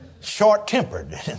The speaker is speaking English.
short-tempered